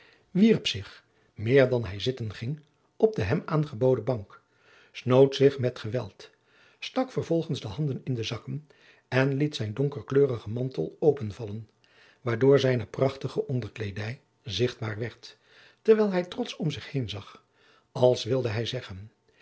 wierp zich meer dan hij zitten ging op de hem aangeboden bank snoot zich met geweld stak jacob van lennep de pleegzoon vervolgens de handen in de zakken en liet zijn donkerkleurigen mantel openvallen waardoor zijne prachtige onderkleedij zichtbaar werd terwijl hij trotsch om zich heen zag als wilde hij zeggen